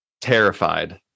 terrified